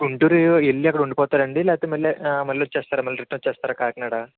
గుంటూరు వెళ్ళి అక్కడ ఉండిపోతారా అండి లేకపోతే మళ్ళొచ్చేస్తారా మళ్ళి రిటన్ వచ్చేస్తారా కాకినాడ